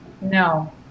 No